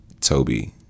toby